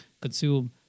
consume